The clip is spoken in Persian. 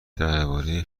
درباره